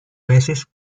veces